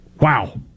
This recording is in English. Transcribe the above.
Wow